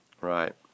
Right